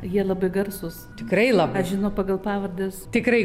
jie labai garsūs tikrai labai aš žinau pagal pavardes tikrai